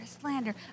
slander